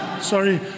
Sorry